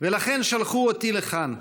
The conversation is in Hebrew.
ולכן שלחו אותי לכאן.